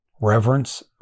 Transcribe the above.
reverence